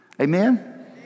Amen